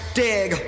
dig